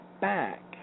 back